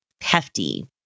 hefty